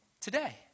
today